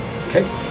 Okay